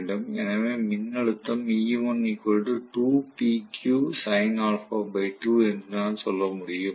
எனவே மின்னழுத்தம் என்று நான் சொல்ல முடியும்